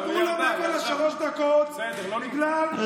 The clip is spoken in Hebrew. נתנו לו מעבר לשלוש דקות בגלל שהוא, בסדר, עזוב.